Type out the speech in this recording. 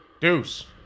Deuce